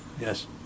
Yes